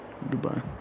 Goodbye